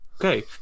Okay